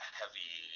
heavy